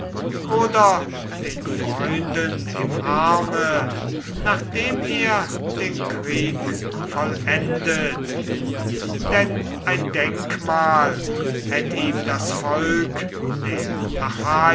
oder den freunden im arme nachdem er den krieg vollendet denn ein denkmal hätt ihm das volk der